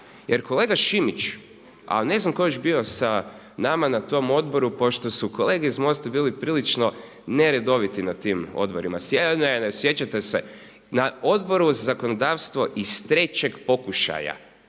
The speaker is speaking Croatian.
Jer kolega Šimić, a ne znam tko je još bio sa nama na tom odboru pošto su kolege iz MOST-a bili prilično neredoviti na tim odborima. Na Odboru za zakonodavstvo iz trećeg pokušaja